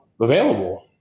available